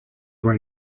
were